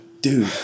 Dude